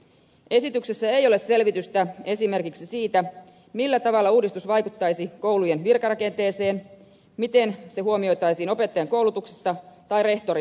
esityksessä ei ole selvitystä esimerkiksi siitä millä tavalla uudistus vaikuttaisi koulujen virkarakenteeseen miten se huomioitaisiin opettajankoulutuksessa tai rehtorin työssä